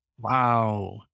Wow